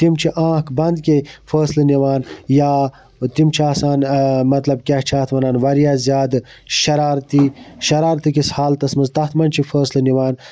تِم چھِ آنٛکھ بَنٛد کے فٲصلہٕ نِوان یا تِم چھِ آسان مَطلَب کیاہ چھِ اتھ وَنان واریاہ زیادٕ شَرارتی شَرارتہٕ کِس حالتَس مَنٛز تتھ منٛز چھ فٲصلہٕ نِوان